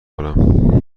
کنم